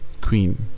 queen